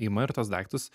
ima ir tuos daiktus